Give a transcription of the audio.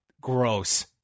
gross